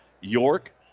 York